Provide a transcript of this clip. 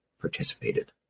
participated